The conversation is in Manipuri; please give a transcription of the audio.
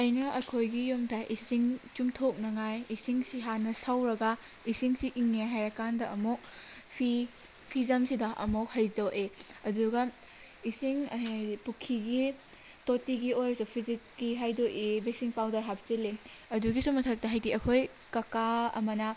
ꯑꯩꯅ ꯑꯩꯈꯣꯏꯒꯤ ꯌꯨꯝꯗ ꯏꯁꯤꯡ ꯆꯨꯝꯊꯣꯛꯅꯉꯥꯏ ꯏꯁꯤꯡꯁꯤ ꯍꯥꯟꯅ ꯁꯧꯔꯒ ꯏꯁꯤꯡꯁꯤ ꯏꯪꯉꯦ ꯍꯥꯏꯔ ꯀꯥꯟꯗ ꯑꯃꯨꯛ ꯐꯤ ꯐꯤꯖꯝꯁꯤꯗ ꯑꯃꯨꯛ ꯍꯩꯗꯣꯛꯑꯦ ꯑꯗꯨꯒ ꯏꯁꯤꯡ ꯍꯥꯏꯗꯤ ꯄꯨꯈ꯭ꯔꯤꯒꯤ ꯇꯣꯇꯤꯒꯤ ꯑꯣꯏꯔꯁꯨ ꯐꯤꯖꯤꯀ꯭ꯔꯤ ꯍꯥꯏꯗꯣꯛꯏ ꯕ꯭ꯂꯤꯆꯤꯡ ꯄꯥꯎꯗꯔ ꯍꯥꯞꯆꯤꯜꯂꯤ ꯑꯗꯨꯒꯤꯁꯨ ꯃꯊꯛꯇ ꯍꯥꯏꯗꯤ ꯑꯩꯈꯣꯏ ꯀꯥꯀꯥ ꯑꯃꯅ